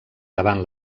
davant